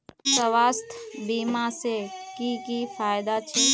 स्वास्थ्य बीमा से की की फायदा छे?